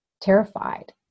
terrified